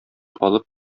алып